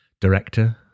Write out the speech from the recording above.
director